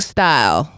Style